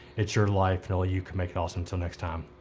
it's your life, and only you can make it awesome. til next time,